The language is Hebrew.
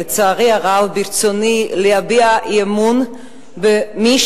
לצערי הרב ברצוני להביע אי-אמון במי